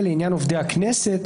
לעניין עובדי הכנסת,